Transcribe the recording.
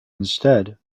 instead